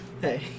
Hey